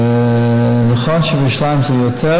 ונכון שבירושלים זה יותר,